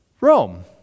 Rome